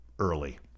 early